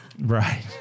Right